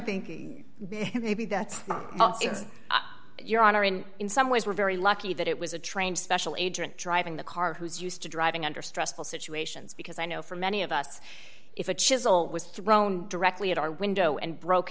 thinking maybe that's it your honor and in some ways we're very lucky that it was a trained special agent driving the car who is used to driving under stressful situations because i know for many of us if a chisel was thrown directly at our window and broke